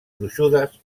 gruixudes